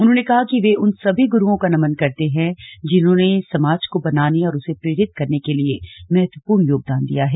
उन्होंने कहा कि वे उन सभी गुरूओं को नमन करते हैं जिन्होंने समाज को बनाने और उसे प्रेरित करने के लिए महत्वपूर्ण योगदान दिया है